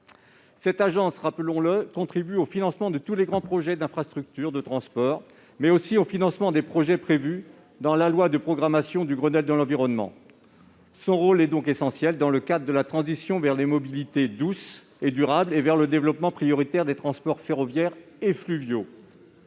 Cette agence, rappelons-le, contribue au financement non seulement de tous les grands projets d'infrastructures de transport, mais aussi des projets prévus dans la loi de programmation du Grenelle de l'environnement. Son rôle est donc essentiel dans le cadre de la transition vers les mobilités douces et durables et vers le développement prioritaire des transports ferroviaires et fluviaux.